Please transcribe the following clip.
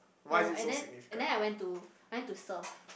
no and then and then I went to I went to surf